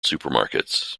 supermarkets